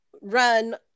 run